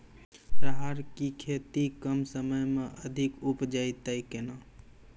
राहर की खेती कम समय मे अधिक उपजे तय केना?